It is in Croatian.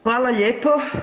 Hvala lijepo.